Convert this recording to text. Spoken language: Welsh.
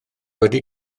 wedi